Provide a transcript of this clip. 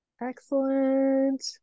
Excellent